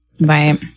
right